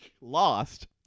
lost